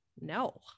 No